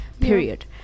period